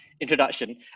introduction